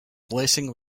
blessing